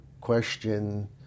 question